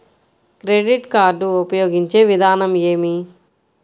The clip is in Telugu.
క్రెడిట్ కార్డు ఉపయోగించే విధానం ఏమి?